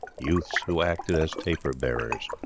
youths who acted as taper-bearers.